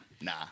Nah